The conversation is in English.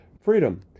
freedom